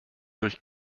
durch